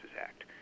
Act